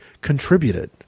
contributed